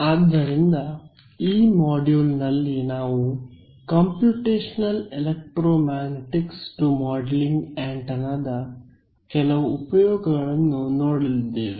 ಆದ್ದರಿಂದ ಈ ಮಾಡ್ಯೂಲ್ನಲ್ಲಿ ನಾವು ಕಂಪ್ಯೂಟೇಶನಲ್ ಎಲೆಕ್ರೊಮಾಗ್ನೆಟಿಕ್ಸ್ ಟು ಮೋಡೆಲಿಂಗ್ ಆಂಟೆನಾದ ಕೆಲವು ಉಪಯೋಗಗಳನ್ನು ನೋಡಲಿದ್ದೇವೆ